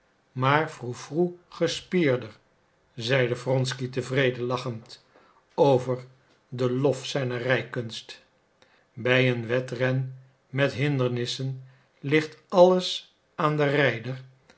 maar froe froe gespierder zeide wronsky tevreden lachend over den lof zijner rijkunst bij een wedren met hindernissen ligt alles aan den rijder